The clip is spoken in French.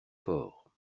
fort